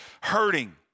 hurting